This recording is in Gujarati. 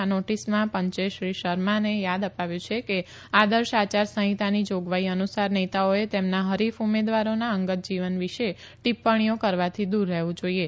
આ નોટીસમાં પંચે શ્રી શર્માને થાદ અપાવ્યું છે કે આદર્શ આયારસંહિતાની જાગવાઈ અનુસાર નેતાઓએ તેમના હરીફ ઉમેદવારોના અંગત જીવન વિશે ટીપ્પણીઓ કરવાથી દુર રહેવુ જાઈએ